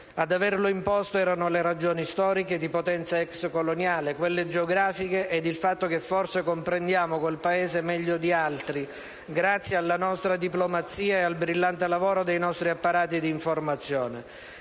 Ad averlo imposto erano le ragioni storiche di potenza *ex* coloniale, quelle geografiche ed il fatto che, forse, comprendiamo quel Paese meglio di altri, grazie alla nostra diplomazia e al brillante lavoro dei nostri apparati di informazione.